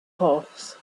horse